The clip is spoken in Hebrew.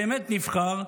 באמת נבחר,